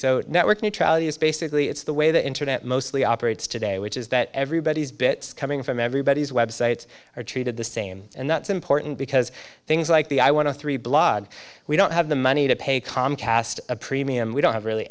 so network neutrality is basically it's the way the internet mostly operates today which is that everybody's bits coming from everybody's websites are treated the same and that's important because things like the i want to three blog we don't have the money to pay comcast a premium we don't have really